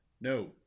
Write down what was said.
No